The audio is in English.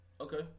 okay